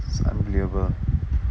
it's unbelievable